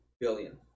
billion